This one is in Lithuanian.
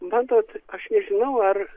matot aš nežinau ar